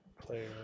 Player